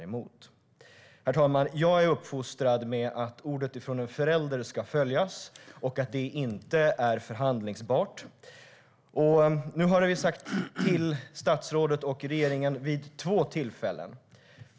Herr talman! Jag är uppfostrad med att ord från en förälder ska följas och att det inte är förhandlingsbart. Nu har vi sagt till statsrådet och regeringen två gånger.